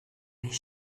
his